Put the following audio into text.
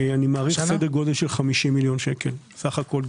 אני מעריך שהוא בסדר גודל של 50 מיליון שקל בסך הכול,